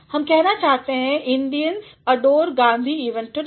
हमें कहना है Indians adore Gandhi even today